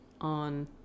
on